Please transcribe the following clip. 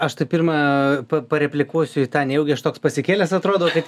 aš tai pirma pareplikuosiu į tą nejaugi aš toks pasikėlęs atrodau kad